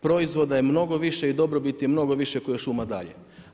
Proizvoda je mnogo više i dobrobit je mnogo više, koja šuma daje.